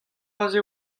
aze